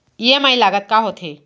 EMI लागत का होथे?